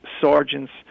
sergeants